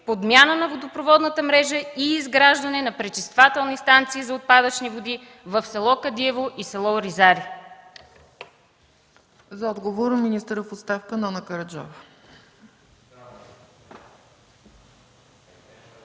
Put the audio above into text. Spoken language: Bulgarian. подмяна на водопроводната мрежа и изграждане на пречиствателни станции за отпадъчни води в село Кадиево и в село Оризаре”?